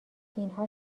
اینها